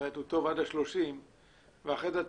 ואומרת שהוא טוב עד ה-30 ואחר כך את